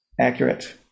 accurate